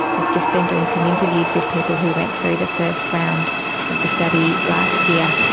we've just been doing some interviews with people who went through the first round of the study last year,